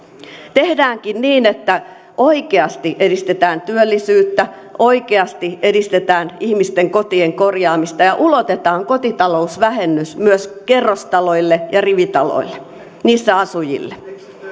tehdäänkin niin että oikeasti edistetään työllisyyttä oikeasti edistetään ihmisten kotien korjaamista ja ulotetaan kotitalousvähennys myös kerrostaloille ja rivitaloille niissä asujille